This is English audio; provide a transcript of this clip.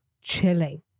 chilling